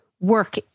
work